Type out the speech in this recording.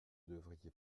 devriez